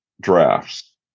drafts